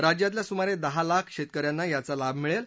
राज्यातल्या सुमारे दहा लाख शेतक यांना याचा लाभ मिळेल